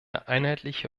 einheitliche